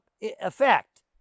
effect